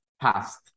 past